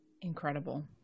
incredible